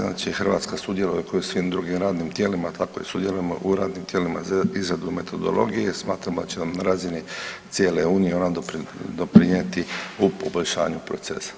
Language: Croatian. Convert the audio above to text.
Znači, Hrvatska sudjeluje ko i u svim drugim radnim tijelima, tako i sudjelujemo u radnim tijelima i za izradu metodologije, smatramo da će nam na razini cijele Unije ona doprinijeti u poboljšanju procesa.